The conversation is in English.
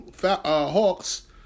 Hawks